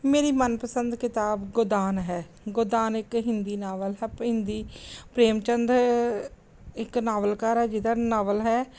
ਮੇਰੀ ਮਨਪਸੰਦ ਕਿਤਾਬ ਗੋਦਾਨ ਹੈ ਗੋਦਾਨ ਇੱਕ ਹਿੰਦੀ ਨਾਵਲ ਹੈ ਹਿੰਦੀ ਪ੍ਰੇਮ ਚੰਦ ਇੱਕ ਨਾਵਲਕਾਰ ਹੈ ਜਿਹਦਾ ਨਾਵਲ ਹੈ